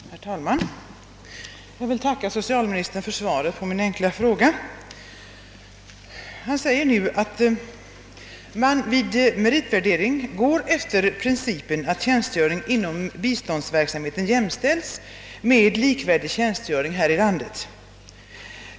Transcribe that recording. Herr talman! Jag vill tacka socialministern för svaret på min enkla fråga. Han säger nu att man vid meritvärdering går efter principen att tjänstgöringen inom biståndsverksamheten jämställs med likvärdig tjänstgöring här i landet.